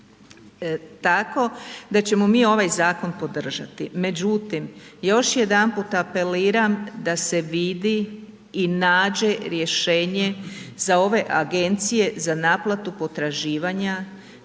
tako da ćemo mi ovaj zakon podržati. Međutim, još jedanput apeliram da se vidi i nađe rješenje za ove agencije za naplatu potraživanja